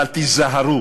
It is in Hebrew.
אבל תיזהרו